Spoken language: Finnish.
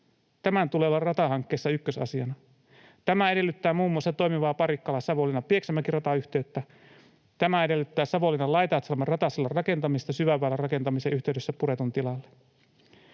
Tämän tulee olla ratahankkeissa ykkösasiana. Tämä edellyttää muun muassa toimivaa Parikkala—Savonlinna—Pieksämäki-ratayhteyttä. Tämä edellyttää Savonlinnan Laitaatsalmen ratasillan rakentamista syväväylän rakentamisen yhteydessä puretun tilalle.